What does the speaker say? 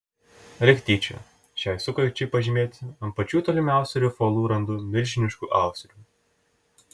lyg tyčia šiai sukakčiai pažymėti ant pačių tolimiausių rifo uolų randu milžiniškų austrių